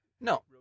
No